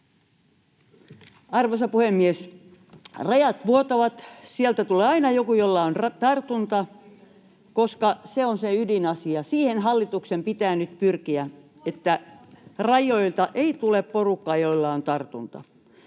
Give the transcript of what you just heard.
Arvoisa puhemies! Rajat vuotavat, sieltä tulee aina joku, jolla on tartunta, Se on se ydinasia. Siihen hallituksen pitää nyt pyrkiä, että rajoilta ei tule porukkaa, jolla on tartunta.